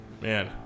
Man